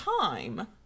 time